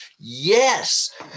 Yes